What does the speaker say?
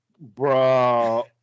bro